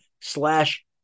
slash